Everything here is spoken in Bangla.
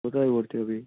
কোথায় ভর্তি হবি